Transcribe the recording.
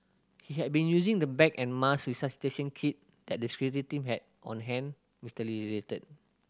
he had been using the bag and mask resuscitation kit that the security team had on hand Mister Lee related